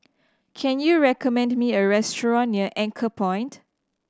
can you recommend me a restaurant near Anchorpoint